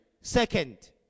second